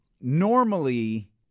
normally